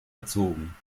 erzogen